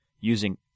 using